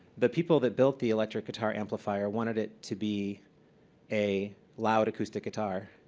the people that built the electric guitar amplifier wanted it to be a loud acoustic guitar.